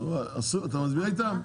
אתה מצביע איתם?